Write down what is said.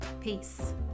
Peace